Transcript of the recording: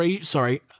Sorry